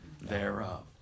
thereof